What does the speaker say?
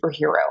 superhero